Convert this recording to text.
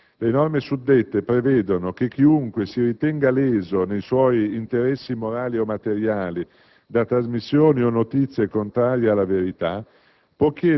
Le norme suddette prevedono che chiunque si ritenga leso nei suoi interessi morali o materiali da trasmissioni o notizie contrarie alla verità